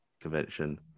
Convention